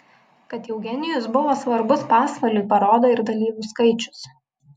kad eugenijus buvo svarbus pasvaliui parodo ir dalyvių skaičius